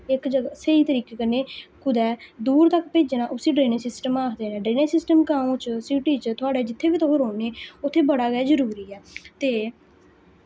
इक जगह स्हेई तरीके कन्नै कुदै दूर तक भेजना उस्सी ड्रेनेज़ सिस्टम आखदे न ड्रेनेज़ सिस्टम ग्राएं च सिटी च थुआढ़े जित्थें बी तुस रौह्ने उत्थें बड़ा गै जरूरी ऐ ते